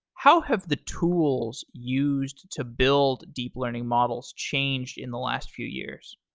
how have the tools used to build deep learning models changed in the last few years?